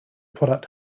product